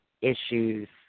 issues